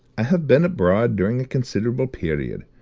i have been abroad during a considerable period,